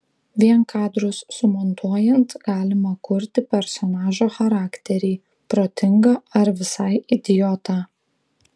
vien kadrus sumontuojant galima kurti personažo charakterį protingą ar visai idiotą